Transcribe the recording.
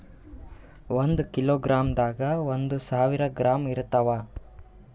ಒಂದ್ ಕಿಲೋಗ್ರಾಂದಾಗ ಒಂದು ಸಾವಿರ ಗ್ರಾಂ ಇರತಾವ